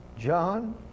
John